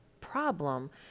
problem